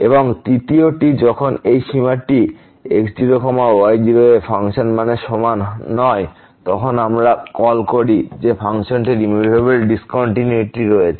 এবং তৃতীয়টি যখন এই সীমাটি x0y0 এ ফাংশন মানের সমান নয় তখন আমরা কল করি যে ফাংশনটির রিমুভেবল ডিসকন্টিনিউটি রয়েছে